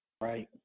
Right